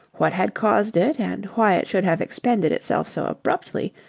what had caused it and why it should have expended itself so abruptly,